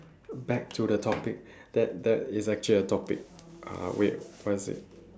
back to the topic that that is actually a topic uh wait what is it